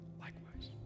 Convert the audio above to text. likewise